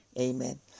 Amen